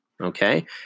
Okay